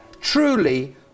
Truly